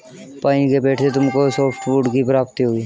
pine के पेड़ से तुमको सॉफ्टवुड की प्राप्ति होगी